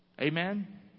Amen